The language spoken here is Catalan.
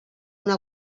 una